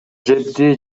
жэбди